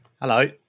Hello